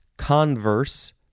converse